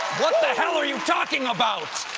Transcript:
what the hell are you talking about!